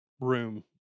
room